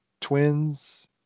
twins